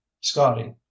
scotty